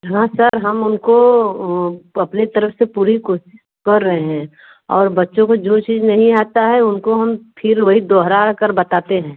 हाँ सर हम उनको अपनी तरफ़ से पूरी कोशिश कर रहे हैं और बच्चों को जो चीज़ नहीं आता है उनको हम फिर वही दोहरा कर बताते हैं